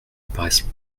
paraissent